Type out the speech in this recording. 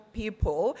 people